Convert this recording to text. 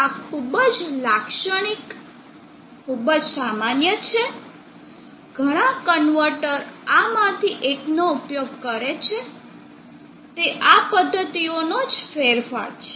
આ ખૂબ જ લાક્ષણિક ખૂબ સામાન્ય છે ઘણાં કન્વર્ટર આ માંથી એકનો ઉપયોગ કરે છે તે આ પદ્ધતિઓનો ફેરફાર છે